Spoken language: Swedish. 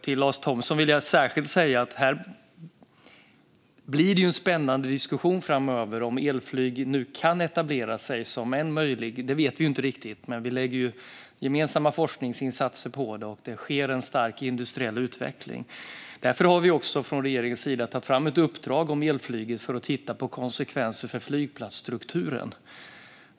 Till Lars Thomsson vill jag särskilt säga att det blir en spännande diskussion framöver om elflyget kan etablera sig som en möjlighet. Det vet vi inte riktigt, men det görs gemensamma forskningsinsatser på det, och det sker en stark industriell utveckling. Därför har vi från regeringens sida tagit fram ett uppdrag om elflyget och dess konsekvenser för flygplatsstrukturen.